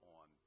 on